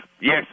Yes